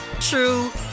true